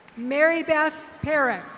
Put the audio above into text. mary beth herrick.